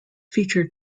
featured